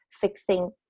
fixing